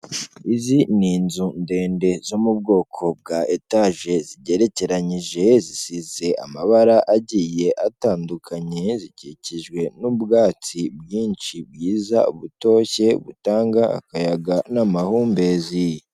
Izi ni inzu ndende zo mu bwoko bwa etaje zigerekeranyije zisize amabara agiye atandukanye, zikikijwe n'ubwatsi bwinshi bwiza butoshye butanga akayaga n'amahumbezi.